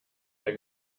der